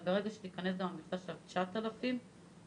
אבל ברגע שתיכנס המכסה של 9,000 עובדים,